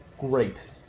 Great